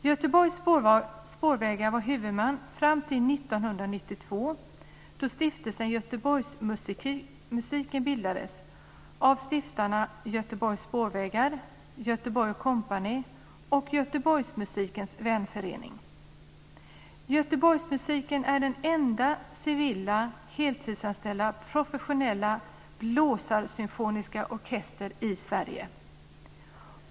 Göteborgs spårvägar var huvudman fram till 1992, då Stiftelsen Göteborgsmusiken bildades av stiftarna Göteborgs spårvägar, Göteborg och Kompani och Göteborgsmusikens Vänförening. Göteborgsmusiken är den enda civila heltidsanställda professionella blåsarsymfoniska orkestern i Sverige.